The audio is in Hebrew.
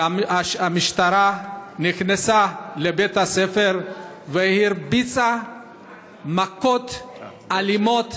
שהמשטרה נכנסה לבית הספר והרביצה מכות אלימות